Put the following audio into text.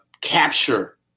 capture